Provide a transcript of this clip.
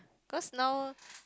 cause now